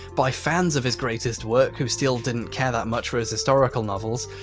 by fans of his greatest work who still didn't care that much for his historical novels,